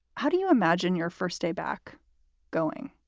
how do you imagine your first day back going?